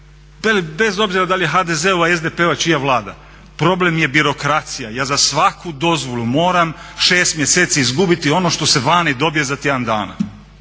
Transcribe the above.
bez obzira da li je HDZ-ova, SDP-ova, čija Vlada, problem je birokracija. Ja za svaku dozvolu moram 6 mjeseci izgubiti, ono što se vani dobije za tjedan dana